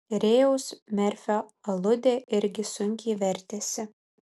rėjaus merfio aludė irgi sunkiai vertėsi